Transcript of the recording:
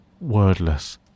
wordless